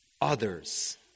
others